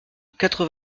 quatre